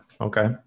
Okay